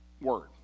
word